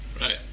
right